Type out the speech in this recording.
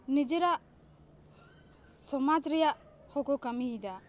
ᱱᱤᱡᱮᱨᱟᱜ ᱥᱚᱢᱟᱡ ᱨᱮᱭᱟᱜ ᱦᱚᱠᱚ ᱠᱟᱹᱢᱤᱭᱮᱫᱟ